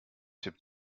tipp